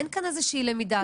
אין כאן איזושהי למידה.